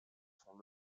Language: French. sont